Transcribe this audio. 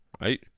right